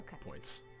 points